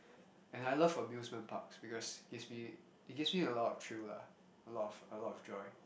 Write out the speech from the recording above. and I love amusement parks because it gives me it gives me a lot of thrill lah a lot of joy